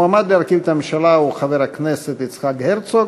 המועמד להרכיב את הממשלה הוא חבר הכנסת יצחק הרצוג,